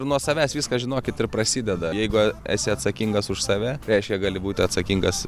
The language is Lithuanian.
nuo savęs viskas žinokit ir prasideda jeigu esi atsakingas už save reiškia gali būti atsakingas